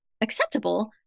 acceptable